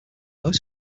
most